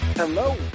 hello